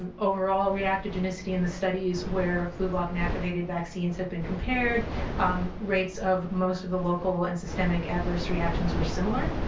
um overall reactive genicity in the studies where flublok inactivated vaccines have been compared rates of most of the local and systemic adverse reactions were similar.